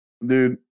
dude